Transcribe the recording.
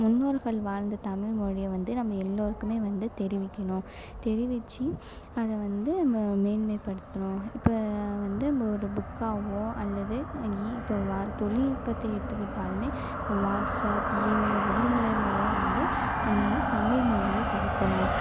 முன்னோர்கள் வாழ்ந்த தமிழ் மொழியை வந்து நம்ம எல்லோருக்கோமே வந்து தெரிவிக்கணும் தெரிவிச்சு அதை வந்து மேன்மைப்படுத்தணும் அதை வந்து நம்ம ஒரு இப்போ வந்து புக்காகவோ அல்லது தொழில்நுட்பத்தை எடுத்துக்கிட்டாலுமே வாட்ஸ்அப் ஈமெயில் அது மூலயமாவும் வந்து நம்ம வந்து தமிழ் மொழியை பரப்பலாம்